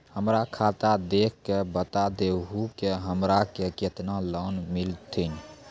हमरा खाता देख के बता देहु के हमरा के केतना लोन मिलथिन?